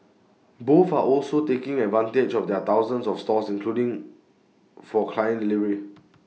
both are also taking advantage of their thousands of stores including for client delivery